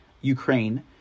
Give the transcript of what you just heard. Ukraine